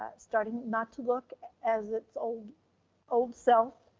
starting not to look as its old old self